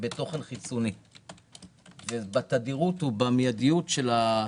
בתוכן חיצוני ובתדירות ובמיידיות של התוכן.